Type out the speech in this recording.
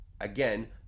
again